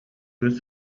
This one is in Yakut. кыыс